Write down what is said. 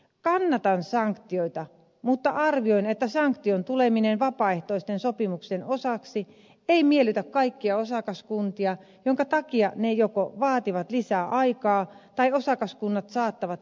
kannatan sanktioita mutta arvioin että sanktion tuleminen vapaaehtoisten sopimuksien osaksi ei miellytä kaikkia osakaskuntia minkä takia ne joko vaativat lisää aikaa tai osakaskunnat saattavat kieltäytyä sopimuksista